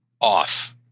off